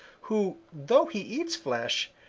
who, though he eats flesh,